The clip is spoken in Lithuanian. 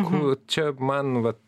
ku čia man vat